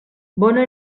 bona